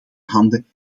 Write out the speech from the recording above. handen